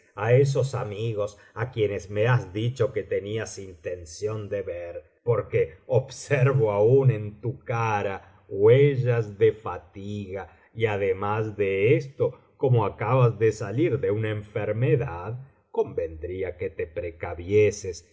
á esos amigos á quienes me has dicho que tenías intención de ver porque observo aún en tu cara huellas de fatiga y además de esto como acabas de salir de una enfermedad convendría que te precavieses pues